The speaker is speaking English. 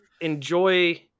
enjoy